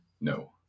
No